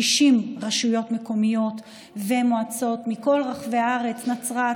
60 רשויות מקומיות ומועצות מכל רחבי הארץ: נצרת,